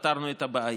פתרנו את הבעיה.